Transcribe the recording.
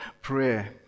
prayer